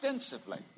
extensively